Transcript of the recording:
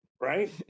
Right